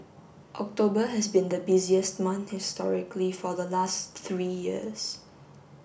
October has been the busiest month historically for the last three years